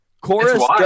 chorus